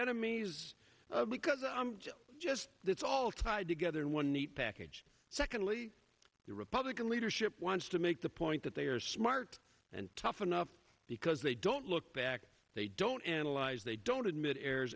enemies because i'm just that's all tied together in one neat package secondly the republican leadership wants to make the point that they are smart and tough enough because they don't look back they don't analyze they don't admit